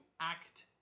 act